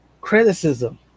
criticism